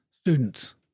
students